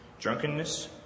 drunkenness